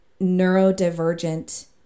neurodivergent